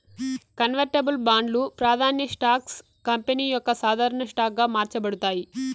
convertible బాండ్లు, ప్రాదాన్య stocks company యొక్క సాధారన స్టాక్ గా మార్చబడతాయి